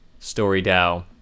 StoryDao